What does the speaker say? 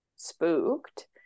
spooked